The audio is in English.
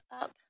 up